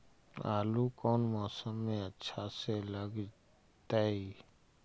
आलू कौन मौसम में अच्छा से लगतैई?